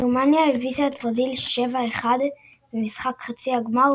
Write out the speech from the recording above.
גרמניה הביסה את ברזיל 7 - 1 במשחק חצי הגמר,